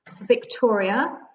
Victoria